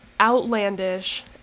outlandish